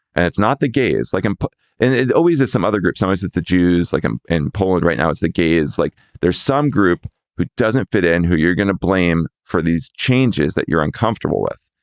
and it's not the gays like and and it always is some other group size. it's the jews. like in in poland right now, it's the gay is like there's some group who doesn't fit in, who you're going to blame for these changes that you're uncomfortable with.